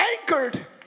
anchored